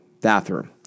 Bathroom